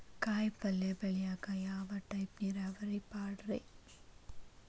ಕಾಯಿಪಲ್ಯ ಬೆಳಿಯಾಕ ಯಾವ ಟೈಪ್ ನೇರಾವರಿ ಪಾಡ್ರೇ?